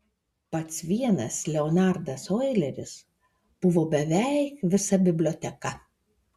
pats vienas leonardas oileris buvo beveik visa biblioteka